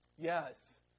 Yes